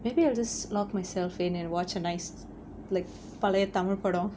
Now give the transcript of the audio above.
maybe I'll just locked myself in and watch a nice like பழைய:palaiya tamil படம்:padam